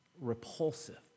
repulsive